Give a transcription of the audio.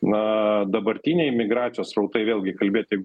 na dabartiniai migracijos srautai vėlgi kalbėti